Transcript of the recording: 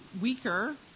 weaker